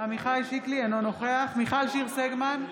אינו נוכח מיכל שיר סגמן,